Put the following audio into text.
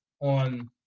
on